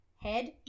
head